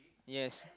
yes